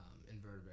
invertebrate